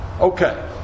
Okay